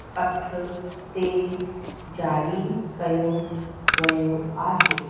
अठ ते ज़ारी कयो वियो आहे